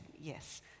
yes